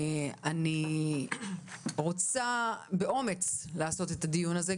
אני רוצה באומץ לערוך את הדיון הזה.